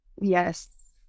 Yes